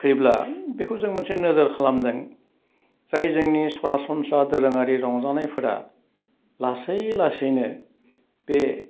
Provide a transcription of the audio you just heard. फैब्ला बेखौ जों मोनसे नोजोर खालामदों जाय जोंनि सरासन्स्रा दोरोङारि रंजानायफोरा लासै लासैनो बे